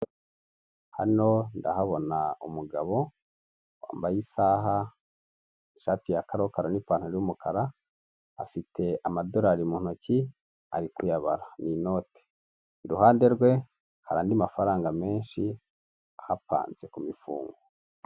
Hano ndahabona umugabo wambaye isaha ishati yakarokaro nipantaro yumukara ,afite amadorari mu ntoki ari kuyabara n 'inote, iruhande rwe hari andi mafaranga menshi ahapanze kufungo.